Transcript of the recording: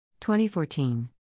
2014